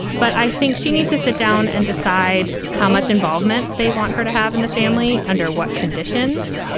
but i think she needs to sit down and decide how much involvement they want her to have in the family under what conditions.